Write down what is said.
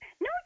No